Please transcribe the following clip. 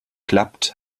klappt